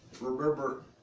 remember